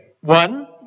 One